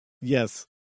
yes